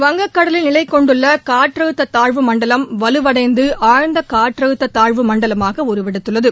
வங்கக்கடலில் நிலை கொண்டுள்ள காற்றழுத்த தாழ்வுமண்டலம் வலுபடைந்த ஆழ்ந்த காற்றழுத்த தாழ்வுமண்டலமாக உருவெடுத்துள்ளது